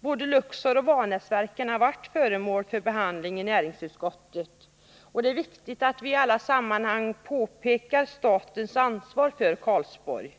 Både Luxor och Vanäsverken har varit föremål för behandling i näringsutskottet, och det är viktigt att i alla sammanhang peka på statens ansvar för Karlsborg.